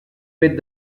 fet